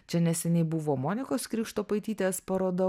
čia neseniai buvo monikos krikštopaitytės paroda